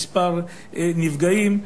כמה נפגעים,